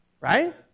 Right